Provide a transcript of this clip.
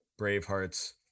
Bravehearts